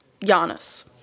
Giannis